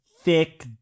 thick